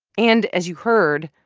and as you heard,